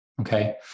Okay